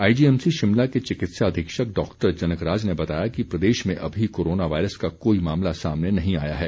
IGMC Shimla के चिकित्सा अधीक्षक डॉक्टर जनकराज ने बताया कि प्रदेश में अभी कोरोना वायरस का कोई मामला सामने नहीं आया है